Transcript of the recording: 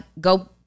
go